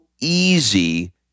easy